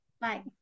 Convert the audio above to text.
Bye